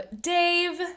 Dave